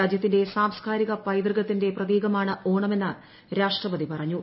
രാജ്യത്തിന്റെ സാംസ്കാരിക പൈതൃകത്തിന്റെ പ്രതീകമാണ് ഓണമെന്ന് രാഷ്ട്രപതി പറഞ്ഞു